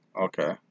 Okay